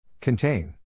Contain